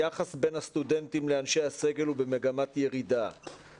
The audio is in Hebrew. יחס בין הסטודנטים לאנשי הסגל הוא במגמת ירידה,